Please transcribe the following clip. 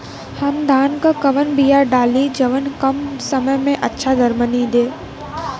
हम धान क कवन बिया डाली जवन कम समय में अच्छा दरमनी दे?